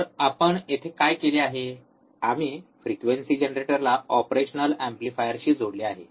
तर आपण येथे काय केले आहे आम्ही फ्रिक्वेंसी जनरेटरला ऑपरेशनल एम्पलीफायरशी जोडले आहे